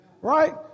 Right